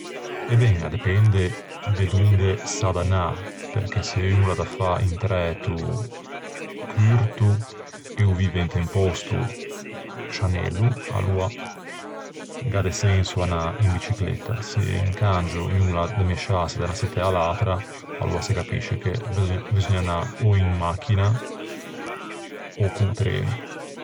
E ben, a depende de donde s'à da anâ. Perché se un o l'à da fâ un træto curto e o vive inte un pòsto cianello, aloa gh'à de senso anâ in bicicletta. Se incangio un o l'à da mesciâse da unna çittæ à l'atra, aloa se capisce che beseugna-beseugna anâ ò in machina ò co-o treno.